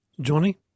Johnny